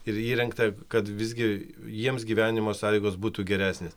ir įrengta kad visgi jiems gyvenimo sąlygos būtų geresnės